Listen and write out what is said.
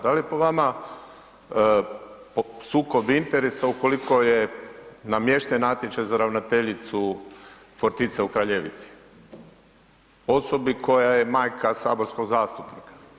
Da li po vama sukob interesa ukoliko je namješten natječaj za ravnateljicu Fortica u Kraljevici, osobi koja je majka saborskog zastupnika?